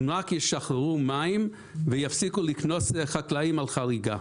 אם רק ישחררו מים ויפסיקו לקנוס חקלאים על חריגה.